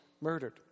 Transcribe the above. murdered